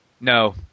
No